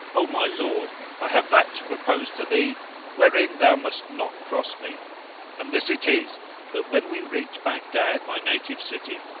o my lord, i have that to propose to thee wherein thou must not cross me and this it is that, when we reach baghdad, my native city,